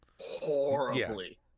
Horribly